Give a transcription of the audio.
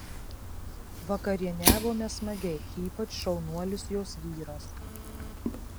vakarieniavome smagiai ypač šaunuolis jos vyras